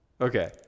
Okay